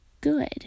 good